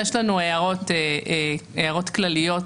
יש לנו הערות כלליות כרגע,